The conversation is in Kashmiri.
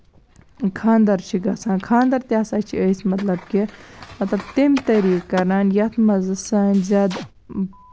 خانٛدر چھِ گژھان خانٛدر تہِ ہسا چھِ أسۍ مطلب کہِ مطلب تَمہِ طریٖقَہٕ کران یَتھ منٛز نہٕ سٲنۍ زیادٕ